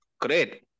Great